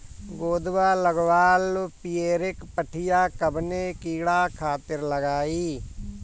गोदवा लगवाल पियरकि पठिया कवने कीड़ा खातिर लगाई?